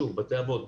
בתי אבות,